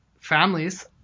families